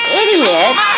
idiot